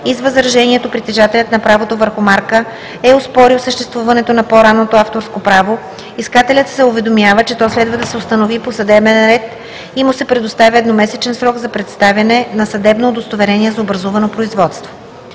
и с възражението притежателят на правото върху марка е оспорил съществуването на по-ранното авторско право, искателят се уведомява, че то следва да се установи по съдебен ред и му се предоставя едномесечен срок за представяне на съдебно удостоверение за образувано производство.